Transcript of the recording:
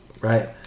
right